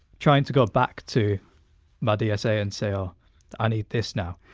trying to go back to my dsa and say oh i need this now.